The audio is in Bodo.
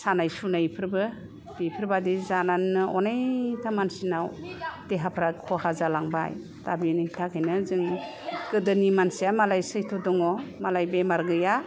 सानाय सुनायफोरबो बेफोरबादि जानानैबो अनेक था मानसिनाव देहाफ्रा खहा जालांबाय दा बेनि थाखायनो जों गोदोनि मानसिया मालाय सैट्र दङ मालाय बेराम गैया